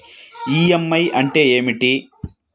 EMI అంటే ఏమిటి?